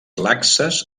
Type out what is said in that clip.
laxes